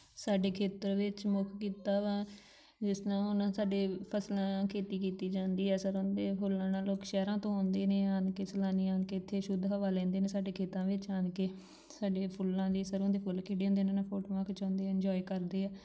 ਸਾਡੇ ਖੇਤਰ ਵਿੱਚ ਮੁੱਖ ਕਿੱਤਾ ਵਾ ਜਿਸ ਨਾਲ ਹੁਣ ਸਾਡੇ ਫਸਲਾਂ ਖੇਤੀ ਕੀਤੀ ਜਾਂਦੀ ਹੈ ਸਰ੍ਹੋਂ ਦੇ ਫੁੱਲਾਂ ਨਾਲ ਲੋਕ ਸ਼ਹਿਰਾਂ ਤੋਂ ਆਉਂਦੇ ਨੇ ਇਹ ਆਉਣ ਕੇ ਸੈਲਾਨੀ ਆਉਣ ਕੇ ਇੱਥੇ ਸ਼ੁੱਧ ਹਵਾ ਲੈਂਦੇ ਨੇ ਸਾਡੇ ਖੇਤਾਂ ਵਿੱਚ ਆਉਣ ਕੇ ਸਾਡੇ ਫੁੱਲਾਂ ਦੀ ਸਰ੍ਹੋਂ ਦੇ ਫੁੱਲ ਖਿੜ੍ਹੇ ਹੁੰਦੇ ਨੇ ਉਹਨਾਂ ਨਾਲ ਫੋਟੋਆਂ ਖਿਚਾਉਂਦੇ ਹਨ ਇੰਨਜੋਏ ਕਰਦੇ ਆ